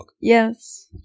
yes